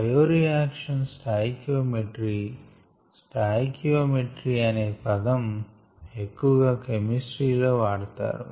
bioreaction stoichiometry stoichiometry అనే పదం ఎక్కువగా కెమిస్ట్రీ లో వాడతారు